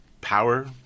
power